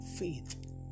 Faith